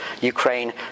Ukraine